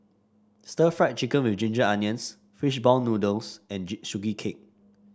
Stir Fried Chicken with Ginger Onions Fishball Noodle and Sugee Cake